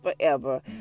forever